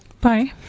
Bye